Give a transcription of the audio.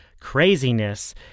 Craziness